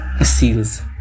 seals